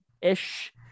ish